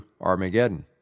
Armageddon